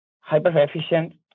hyper-efficient